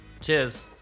Cheers